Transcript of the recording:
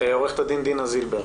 עורכת הדין דינה זילבר.